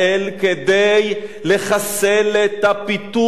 כדי לחסל את הפיתוי.